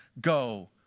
Go